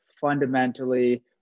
fundamentally